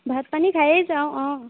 ভাত পানী খাইয়েই যাওঁ অঁ